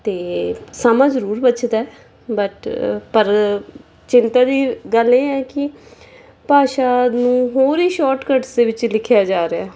ਅਤੇ ਸਮਾਂ ਜ਼ਰੂਰ ਬੱਚਦਾ ਬਟ ਪਰ ਚਿੰਤਾ ਦੀ ਗੱਲ ਇਹ ਹੈ ਕਿ ਭਾਸ਼ਾ ਨੂੰ ਹੋਰ ਹੀ ਸ਼ੋਰਟਕੱਟਸ ਦੇ ਵਿੱਚ ਲਿਖਿਆ ਜਾ ਰਿਹਾ